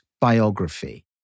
biography